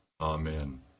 Amen